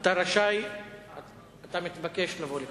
אתה מתבקש לבוא לכאן.